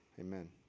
amen